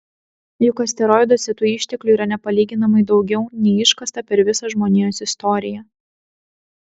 juk asteroiduose tų išteklių yra nepalyginamai daugiau nei iškasta per visą žmonijos istoriją